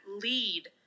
lead